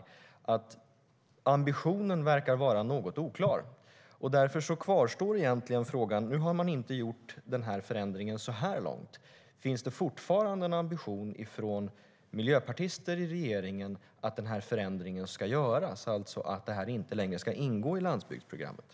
Ambitionen verkar vara något oklar. Därför kvarstår egentligen min fråga. Nu har man inte gjort förändringen så här långt, men finns det fortfarande en ambition från miljöpartister i regeringen att den här förändringen ska göras, det vill säga att detta inte längre ska ingå i Landsbygdsprogrammet?